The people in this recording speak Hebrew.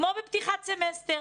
כמו בפתיחת סמסטר.